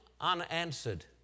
unanswered